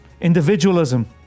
Individualism